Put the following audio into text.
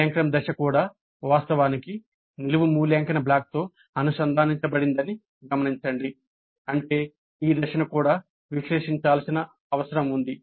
మూల్యాంకనం దశ కూడా వాస్తవానికి నిలువు మూల్యాంకన బ్లాక్తో అనుసంధానించబడిందని గమనించండి అంటే ఈ దశను కూడా విశ్లేషించాల్సిన అవసరం ఉంది